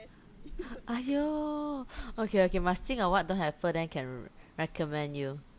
!aiyo! okay okay must think of what don't have fur then can re~ recommend you